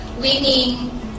Winning